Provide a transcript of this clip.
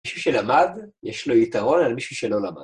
מישהו שלמד, יש לו יתרון על מישהו שלא למד.